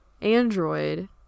android